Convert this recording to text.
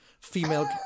Female